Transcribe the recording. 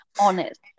honest